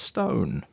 Stone